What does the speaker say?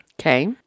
Okay